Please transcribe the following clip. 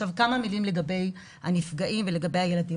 כמה מילים לגבי הנפגעים ולגבי הילדים.